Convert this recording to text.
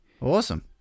awesome